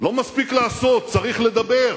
לא מספיק לעשות, צריך לדבר.